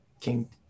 King